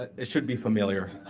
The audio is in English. ah it should be familiar,